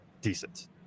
decent